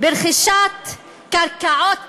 ברכישת קרקעות כאידיאולוגיה.